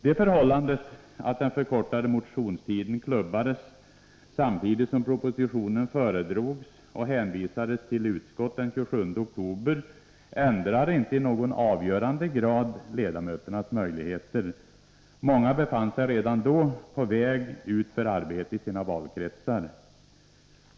Det förhållandet att den förkortade motionstiden klubbades samtidigt som propositionen föredrogs och hänvisades till utskott den 27 oktober ändrar inte i någon avgörande grad ledamöternas möjligheter. Många befann sig redan då på väg ut för arbete i sina valkretsar.